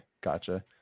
Gotcha